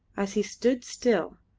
as he stood still,